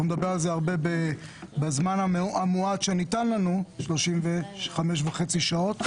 נדבר על זה הרבה בזמן המועט שניתן לנו, 35.5 שעות.